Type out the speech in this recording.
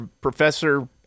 professor